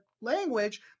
language